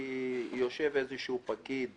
כי יושב איזה פקיד